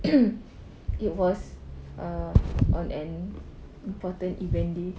it was uh on an important event day